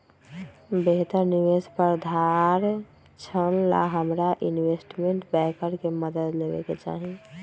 बेहतर निवेश प्रधारक्षण ला हमरा इनवेस्टमेंट बैंकर के मदद लेवे के चाहि